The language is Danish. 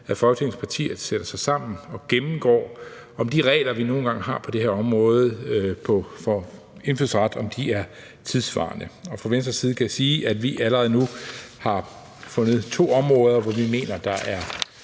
at Folketingets partier sætter sig sammen og gennemgår, om de regler, vi nu engang har på det her område vedrørende indfødsret, er tidssvarende. Fra Venstres side kan jeg sige, at vi allerede nu har fundet to områder, hvor vi mener der er